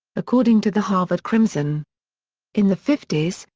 according to the harvard crimson in the fifties,